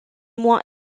moins